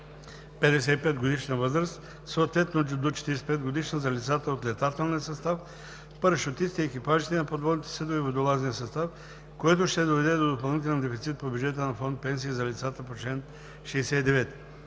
55-годишна възраст, съответно до 45-годишна възраст за лицата от летателния състав, парашутистите, екипажите на подводните съдове и водолазния състав, което ще доведе до допълнителен дефицит по бюджета на фонд „Пенсии за лицата по чл. 69“.